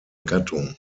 gattung